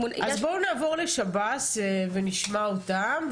אז בואו נעבור לשב"ס ונשמע אותם,